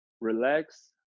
relax